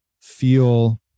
feel